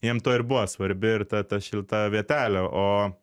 jam tuo ir buvo svarbi ir ta ta šilta vietelė o